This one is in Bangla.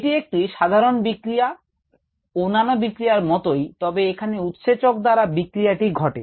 এটি একটি সাধারণ বিক্রিয়া অন্যান্য বিক্রিয়ার মতই তবে এখানে উৎসেচক দ্বারা বিক্রিয়াটি ঘটে